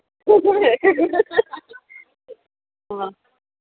हाँ